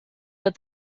but